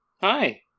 Hi